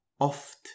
Oft